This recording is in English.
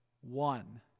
one